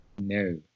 No